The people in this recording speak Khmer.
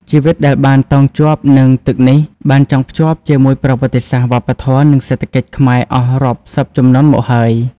ជីវិតដែលបានតោងជាប់នឹងទឹកនេះ បានចងភ្ជាប់ជាមួយប្រវត្តិសាស្ត្រ វប្បធម៌ និងសេដ្ឋកិច្ចខ្មែរអស់រាប់សិបជំនាន់មកហើយ។